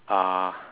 uh